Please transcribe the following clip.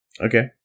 Okay